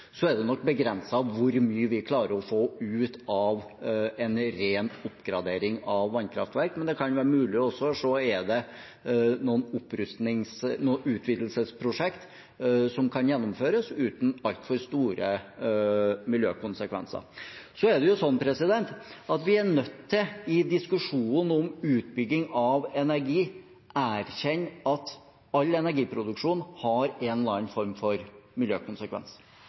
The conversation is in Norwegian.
er nok begrenset hvor mye vi klarer å få ut av en ren oppgradering av vannkraftverk, men det kan være mulig også å se på om det er noen utvidelsesprosjekter som kan gjennomføres uten altfor store miljøkonsekvenser. I diskusjonen om utbygging av energi er vi nødt til å erkjenne at all energiproduksjon har en eller annen form for miljøkonsekvens,